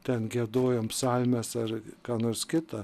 ten giedojom psalmes ar ką nors kita